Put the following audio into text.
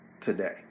today